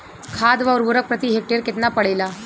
खाध व उर्वरक प्रति हेक्टेयर केतना पड़ेला?